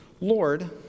Lord